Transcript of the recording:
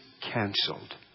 canceled